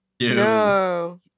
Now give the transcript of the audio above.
No